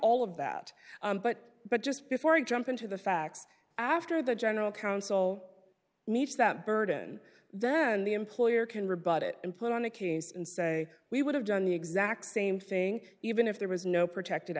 all of that but but just before i jump into the facts after the general counsel meets that burden then the employer can rebut it and put on a case and say we would have done the exact same thing even if there was no protected